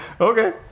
Okay